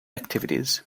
activities